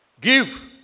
Give